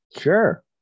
Sure